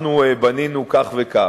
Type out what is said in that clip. אנחנו בנינו כך וכך.